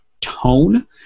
tone